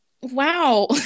wow